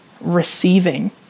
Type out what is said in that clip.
receiving